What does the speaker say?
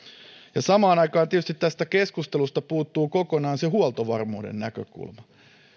samaan aikaan tietysti tästä keskustelusta puuttuu kokonaan huoltovarmuuden näkökulma